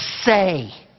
say